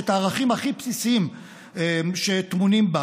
את הערכים הכי בסיסיים שטמונים בה,